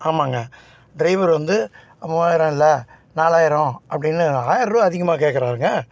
ஆமாங்க டிரைவர் வந்து மூவாயிரம் இல்லை நாலாயிரம் அப்படின்னு ஆயரரூவா அதிகமாக கேட்குறாருங்க